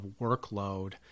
workload